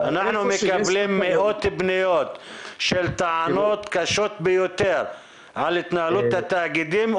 אנחנו מקבלים מאות פניות של טענות קשות ביותר על התנהלות התאגידים,